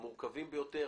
המורכבים ביותר,